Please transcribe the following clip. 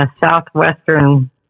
southwestern